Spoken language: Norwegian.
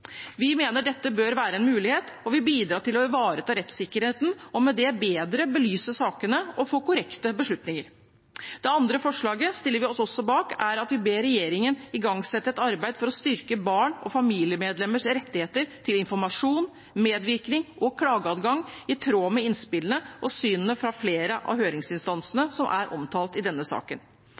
Vi mener dette bør være en mulighet som vil bidra til å ivareta rettssikkerheten og med det bedre belyse sakene og få korrekte beslutninger. Det andre forslaget, som vi også stiller oss bak, er at vi ber regjeringen igangsette et arbeid for å styrke barns og familiemedlemmers rettigheter til informasjon, medvirkning og klageadgang i tråd med innspillene og synene fra flere av høringsinstansene som er omtalt i denne saken.